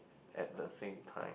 at the same time